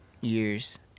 years